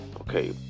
Okay